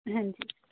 ਹਾਂਜੀ